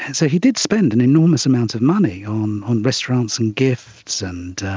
so he did spent an enormous amount of money um on restaurants and gifts, and